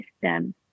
system